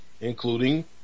including